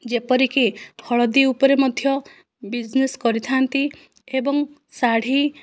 ଯେପରିକି ହଳଦୀ ଉପରେ ମଧ୍ୟ ବିଜିନେସ୍ କରିଥାନ୍ତି ଏବଂ ଶାଢ଼ୀ